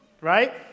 right